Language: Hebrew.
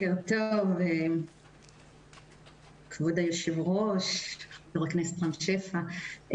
בוקר טוב כבוד היושב-ראש, חבר הכנסת רם שפע.